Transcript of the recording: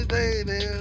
baby